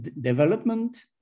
development